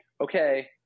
okay